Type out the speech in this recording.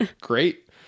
Great